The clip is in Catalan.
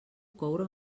coure